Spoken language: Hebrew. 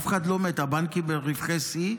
אף אחד לא מת, הבנקים ברווחי שיא.